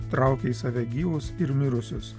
traukia į save gyvus ir mirusius